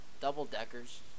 double-deckers